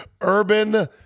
Urban